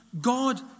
God